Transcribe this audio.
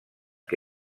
que